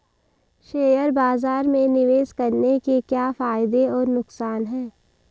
Share बाज़ार में निवेश करने के क्या फायदे और नुकसान हैं?